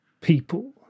people